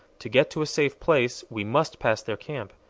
to get to a safe place we must pass their camp.